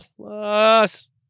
Plus